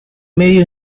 medio